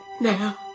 now